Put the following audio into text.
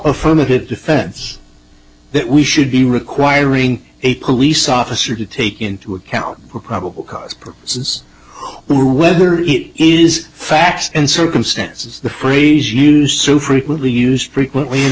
affirmative defense that we should be requiring a police officer to take into account for probable cause purposes who whether it is facts and circumstances the phrase used so frequently used frequently